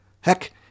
Heck